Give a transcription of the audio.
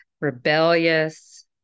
rebellious